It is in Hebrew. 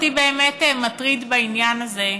מה שאותי באמת מטריד בעניין הזה,